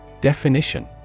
Definition